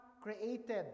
created